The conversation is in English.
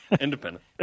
Independent